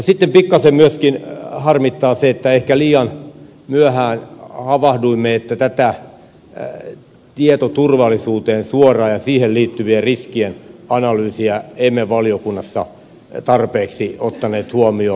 sitten pikkasen myöskin harmittaa se että ehkä liian myöhään havahduimme siihen että tietoturvallisuuteen suoraan ja siihen liittyvien riskien analyysiä emme valiokunnassa tarpeeksi ottaneet huomioon